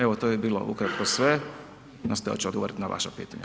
Evo to bi bilo ukratko sve, nastojat ću odgovoriti na vaša pitanja.